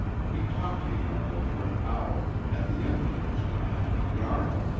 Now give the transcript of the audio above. he talked to yarnall for an hour, at the end of which time, yarnall,